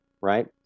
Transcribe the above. right